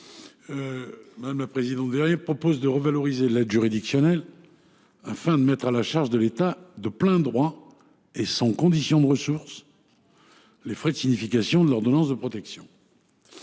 avoir ! À l’évidence, non ! Vous proposez de revaloriser l’aide juridictionnelle, afin de mettre à la charge de l’État, de plein droit et sans condition de ressources, les frais de signification de l’ordonnance de protection.